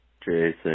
Jason